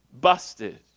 busted